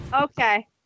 Okay